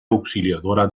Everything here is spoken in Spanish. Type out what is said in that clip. auxiliadora